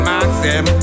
Maxim